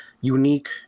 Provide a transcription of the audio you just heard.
unique